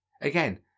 Again